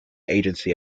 agency